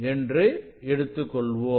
என்று எடுத்துக்கொள்வோம்